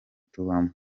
tubamo